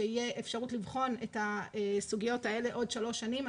שיהיה אפשרות לבחון את הסוגיות האלה עוד שלוש שנים.